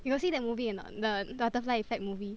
you got see that movie or not the butterfly effect movie